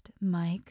Mike